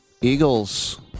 Eagles